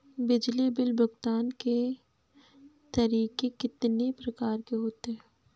बिजली बिल भुगतान के तरीके कितनी प्रकार के होते हैं?